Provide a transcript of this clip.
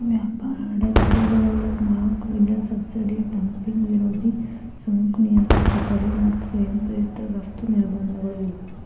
ವ್ಯಾಪಾರ ಅಡೆತಡೆಗಳೊಳಗ ನಾಕ್ ವಿಧ ಸಬ್ಸಿಡಿ ಡಂಪಿಂಗ್ ವಿರೋಧಿ ಸುಂಕ ನಿಯಂತ್ರಕ ತಡೆ ಮತ್ತ ಸ್ವಯಂ ಪ್ರೇರಿತ ರಫ್ತು ನಿರ್ಬಂಧಗಳು